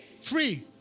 free